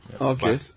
Okay